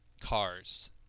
cars